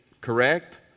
correct